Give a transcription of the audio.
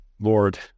Lord